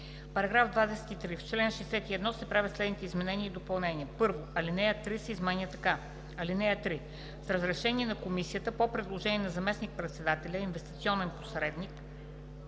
§ 23: „§ 23. В чл. 61 се правят следните изменения и допълнения: 1. Алинея 3 се изменя така: „(3) С разрешение на комисията по предложение на заместник-председателя инвестиционен посредник,